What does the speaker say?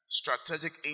strategic